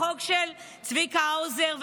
החוק של צביקה האוזר,